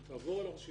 היא תעבור על הרשימות.